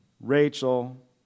Rachel